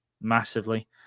massively